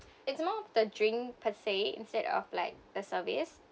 it's more of the drink per se instead of like the service